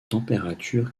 température